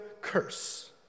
curse